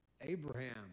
Abraham